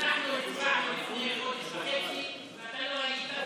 אנחנו הצבענו לפני חודש וחצי ואתה לא היית,